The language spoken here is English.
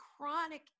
chronic